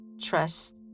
trust